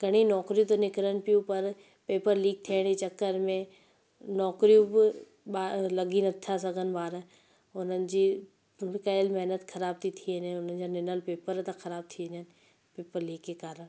घणी नौकिरियूं त निकिरनि पियूं पर पेपर लीक थियण जे चकर में नौकिरियूं ॿ ॿार लॻी नथा सघनि ॿार हुननि जी पूरी कयल महिनत ख़राब थी थी वञे उन्हनि जा ॾिनल पेपर था ख़राब थी वञनि पेपर लीक जे कारणु